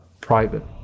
private